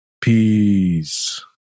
Peace